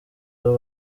abo